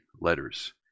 letters